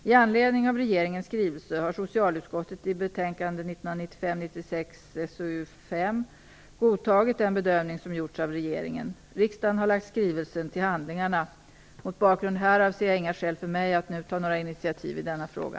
I anledning av regeringens skrivelse har socialutskottet i betänkande 1995/96:SoU5 godtagit den bedömning som gjorts av regeringen. Riksdagen har lagt skrivelsen till handlingarna. Mot bakgrund härav ser jag inga skäl för mig att nu ta några initiativ i denna fråga.